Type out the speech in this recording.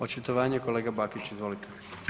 Očitovanje kolega Bakić, izvolite.